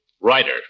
writer